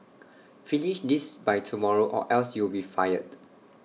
finish this by tomorrow or else you will be fired